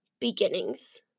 Beginnings